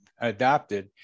adopted